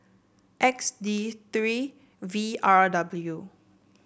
X D three V R W